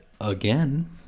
again